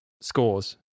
scores